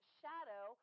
shadow